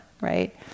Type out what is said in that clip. right